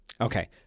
Okay